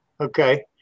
Okay